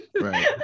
Right